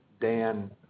Dan